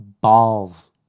balls